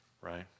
Right